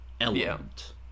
element